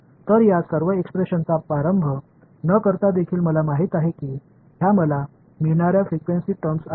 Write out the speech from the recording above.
तर या सर्व एक्सप्रेशनचा प्रारंभ न करता देखील मला माहित आहे की ह्या मला मिळणार्या फ्रिक्वेन्सी टर्म्स आहेत